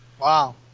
Wow